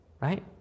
right